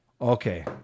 Okay